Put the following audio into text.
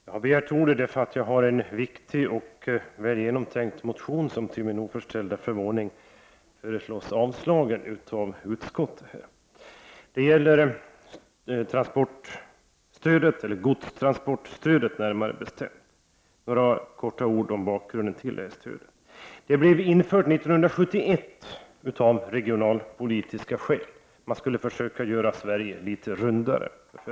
Herr talman! Jag har begärt ordet därför att jag har en viktig och väl genomtänkt motion som till min oförställda förvåning avstyrkts av utskottet. Motionen gäller godstransportstödet. Stödet infördes 1971 av regionalpolitiska skäl. Man skulle försöka göra Sverige litet rundare.